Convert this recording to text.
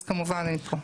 אז כמובן אני פה.